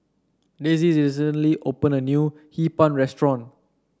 Dezzie recently open a new Hee Pan restaurant